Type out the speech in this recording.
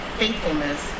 faithfulness